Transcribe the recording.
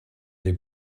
des